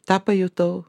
tą pajutau